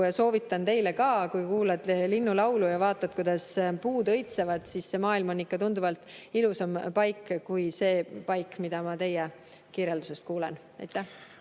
ja soovitan teile ka. Kui kuuled linnulaulu ja vaatad, kuidas puud õitsevad, siis see maailm on ikka tunduvalt ilusam paik kui see paik, mida ma teie kirjeldusest kuulen. Aitäh!